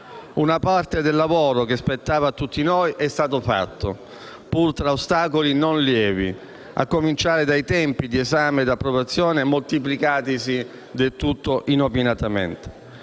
Una parte del lavoro che spettava a tutti noi è stato fatto, pur tra ostacoli non lievi, a cominciare dai tempi di esame e approvazione, moltiplicatisi del tutto inopinatamente.